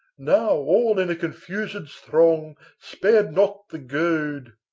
now all in a confused throng spared not the goad,